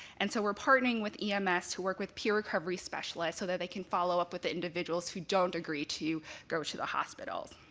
and so we're partnering with ems to work with peer recovery specialists so they can follow up with individuals who don't agree to go to the hospital.